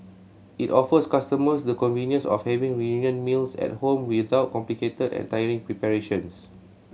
it offers customers the convenience of having reunion meals at home without complicated and tiring preparations